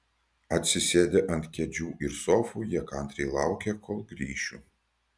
atsisėdę ant kėdžių ir sofų jie kantriai laukė kol grįšiu